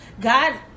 God